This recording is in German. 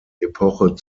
epoche